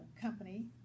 Company